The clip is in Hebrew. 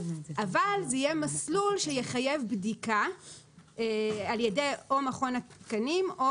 אבל זה יהיה מסלול שיחייב בדיקה על ידי או מכון התקנים או